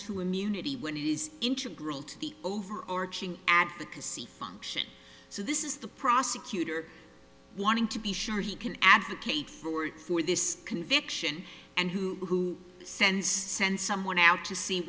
to immunity when it is integral to the over or king advocacy function so this is the prosecutor wanting to be sure he can advocate for it for this conviction and who send send someone out to see